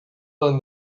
than